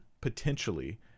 potentially